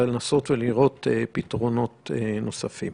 לנסות לראות פתרונות נוספים.